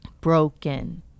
Broken